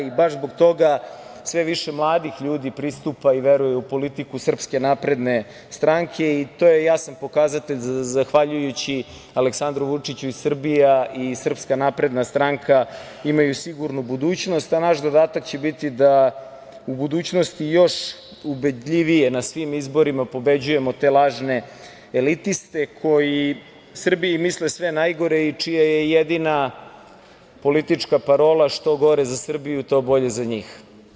I baš zbog toga sve više mladih ljudi pristupa i veruje u politiku Srpske napredne stranke i to je jasan pokazatelj da zahvaljujući Aleksandru Vučiću i Srbija i Srpska napredna stranka imaju sigurnu budućnost, a naš zadatak će biti da u budućnosti još ubedljivije na svim izborima pobeđujemo te lažne elitiste koji Srbiji misle sve najgore i čija je jedina politička parola – što gore za Srbiju, to bolje za njih.